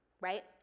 right